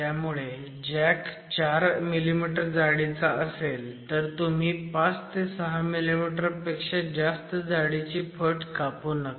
त्यामुळे जॅक 4 मिमी जाडीचा असेल तर तुम्ही 5 ते 6 मिमी पेक्षा जास्त जाडीची फट कापू नका